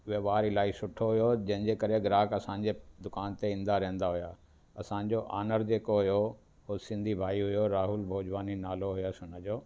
व्यवहार इलाही सुठो हुयो जंहिंजे करे ग्राहक असांजे दुकान ते ईंदा रहंदा हुया असांजो आनर जेको हुयो हो सिंधी भई हुयो राहुल भोॼवानी नालो हुयुसि उन जो